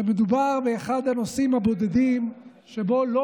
שמדובר באחד הנושאים הבודדים שבהם לא